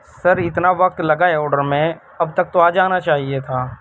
سر اتنا وقت لگا ہے آڈر میں اب تک تو آ جانا چاہیے تھا